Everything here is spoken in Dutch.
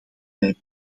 mijn